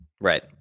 Right